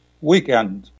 weekend